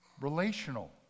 relational